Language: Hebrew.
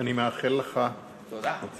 אני מאחל לך, תודה.